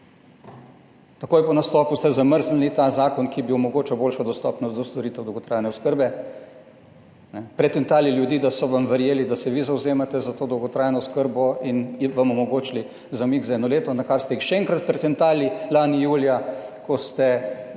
Takoj po nastopu ste zamrznili ta zakon, ki bi omogočal boljšo dostopnost do storitev dolgotrajne oskrbe. Pretentali ljudi, da so vam verjeli, da se vi zavzemate za to dolgotrajno oskrbo in vam omogočili zamik za eno leto. Na kar ste jih še enkrat pretentali lani julija, ko ste